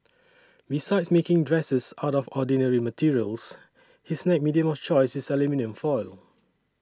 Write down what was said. besides making dresses out of ordinary materials his next medium of choice is aluminium foil